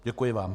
Děkuji vám.